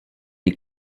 die